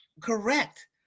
correct